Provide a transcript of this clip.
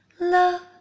love